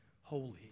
holy